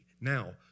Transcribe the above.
now